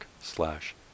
slash